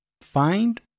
find